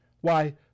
Why